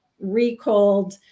recalled